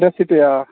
ترٛےٚ سِٹے آ